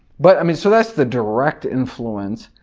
but i mean so that's the direct influence.